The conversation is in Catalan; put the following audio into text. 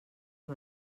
amb